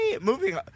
moving